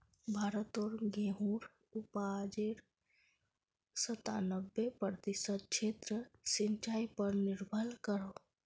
भारतोत गेहुंर उपाजेर संतानबे प्रतिशत क्षेत्र सिंचाई पर निर्भर करोह